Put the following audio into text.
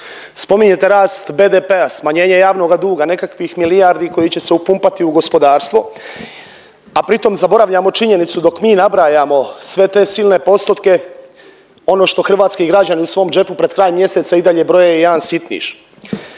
Spominjete rast BDP-a, smanjenje javnoga duga, nekakvih milijardi koji će se upumpati u gospodarstvo, a pri tom zaboravljamo činjenicu dok mi nabrajamo sve te silne postotke, ono što hrvatski građani u svom džepu pred kraj mjeseca i dalje broje jedan sitniš.